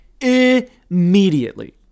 Immediately